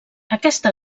aquesta